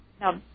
Now